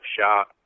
shot